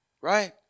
right